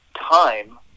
time